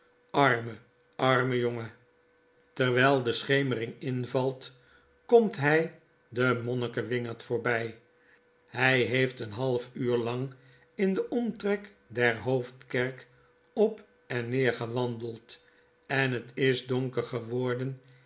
arme arme jongen terwijl de schemering invalt komt hij den monniken wingerd voorbij hij heeft een half uur lang in den omtrek der hoofdkerk op en neer gewandeld en het is donker geworden